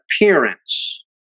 appearance